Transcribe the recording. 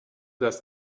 das